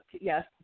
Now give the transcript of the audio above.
yes